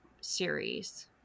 series